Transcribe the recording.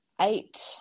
eight